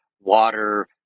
water